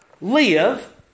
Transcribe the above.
live